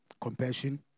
compassion